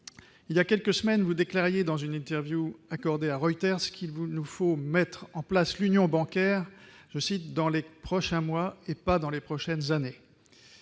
il y a quelques semaines, vous déclariez dans une interview accordée à Reuters qu'il vous nous faut mettre en place l'union bancaire, je cite, dans les prochains mois et pas dans les prochaines années,